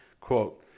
quote